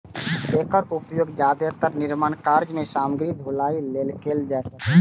एकर उपयोग जादेतर निर्माण कार्य मे सामग्रीक ढुलाइ लेल कैल जाइ छै